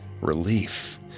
Relief